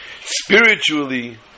spiritually